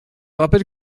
rappelle